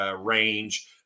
range